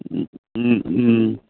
ও ও ও